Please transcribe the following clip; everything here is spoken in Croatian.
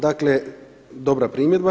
Dakle, dobra primjedba.